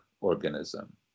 organism